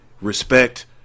Respect